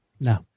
No